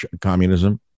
communism